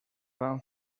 van